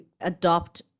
adopt